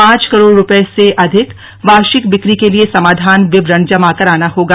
पांच करोड़ रुपये से अधिक वार्षिक बिक्री के लिये समाधान विवरण जमा कराना होगा